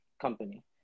company